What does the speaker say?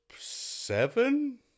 seven